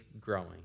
growing